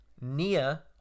Nia